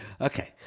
Okay